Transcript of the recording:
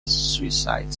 suicide